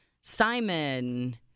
Simon